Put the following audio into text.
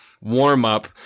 warm-up